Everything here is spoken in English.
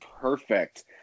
Perfect